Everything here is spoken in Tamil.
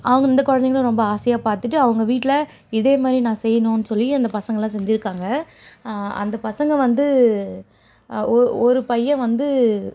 அவங்க அந்த குழந்தைகளும் ரொம்ப ஆசையாக பார்த்துட்டு அவங்கள் வீட்டில் இதேமாதிரி நான் செய்யணும்ன்னு சொல்லி அந்த பசங்கலெல்லாம் செஞ்சிருக்காங்க அந்த பசங்க வந்து ஓ ஒரு பையன் வந்து